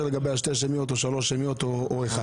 לגבי השתי שמיות או השלוש שמיות או אחת.